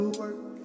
work